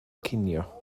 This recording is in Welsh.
cinio